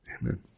Amen